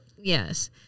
Yes